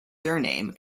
surname